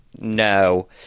No